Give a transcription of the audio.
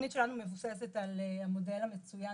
התוכנית שלנו מבוססת על המודל המצוין